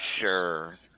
sure